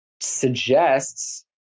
suggests